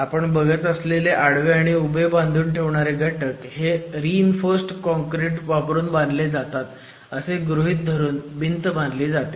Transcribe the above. आपण बघत असलेले आडवे आणि उभे बांधून ठेवणारे घटक हे रि इन्फोर्स्ड कॉनक्रिट वापरुन बांधले जातात असे गृहीत धरून भिंत बांधली जाते